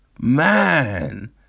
man